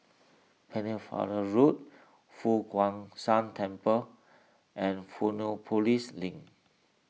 Pennefather Road Fo Guang Shan Temple and Fusionopolis Link